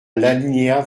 l’alinéa